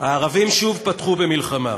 הערבים שוב פתחו במלחמה.